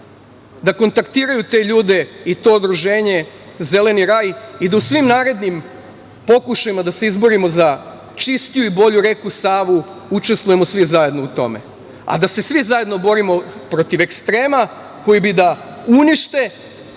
da kontaktiraju te ljude i to udruženje „Zeleni raj“ i da u svim narednim pokušajima da se izborimo za čistiju i bolju reku Savu učestvujemo svi zajedno u tome, a da se svi zajedno borimo protiv ekstrema koji bi da unište,